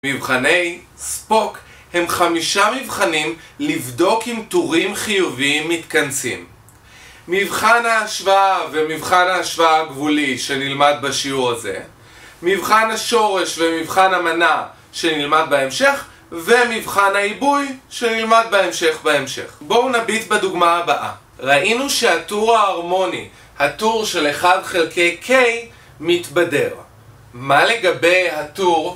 מבחני ספוק הם חמישה מבחנים לבדוק אם טורים חיוביים מתכנסים מבחן ההשוואה ומבחן ההשוואה הגבולי שנלמד בשיעור הזה מבחן השורש ומבחן המנה שנלמד בהמשך ומבחן האיבוי שנלמד בהמשך בהמשך בואו נביט בדוגמה הבאה ראינו שהתור ההרמוני, התור של 1 חלקי K, מתבדר מה לגבי התור?